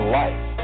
life